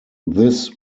this